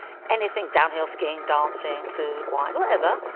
anything, downhill skiing, dancing, food, wine, whatever,